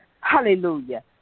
Hallelujah